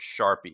Sharpie